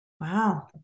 Wow